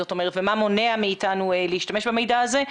ומה מונע מאתנו להשתמש במידע הזה.